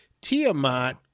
Tiamat